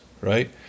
right